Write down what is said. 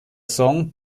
song